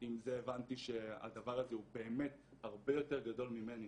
עם זה הבנתי שהדבר הזה הוא באמת הרבה יותר גדול ממני